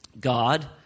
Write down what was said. God